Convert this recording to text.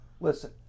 Listen